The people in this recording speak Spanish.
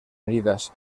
heridas